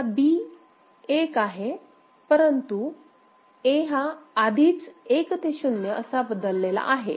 आता B एक आहे परंतु A हा आधीच 1 ते 0 असा बदललेला आहे